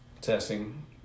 testing